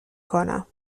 کنم